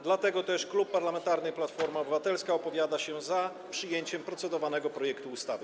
Dlatego też Klub Parlamentarny Platforma Obywatelska opowiada się za przyjęciem procedowanego projektu ustawy.